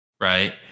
right